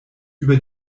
über